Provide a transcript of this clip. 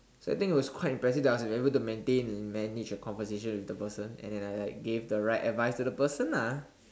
sad thing I was quite impressive that I was able to maintain and manage the conversation with the person and then like I gave the right advice to the person ah